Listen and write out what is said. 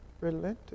relented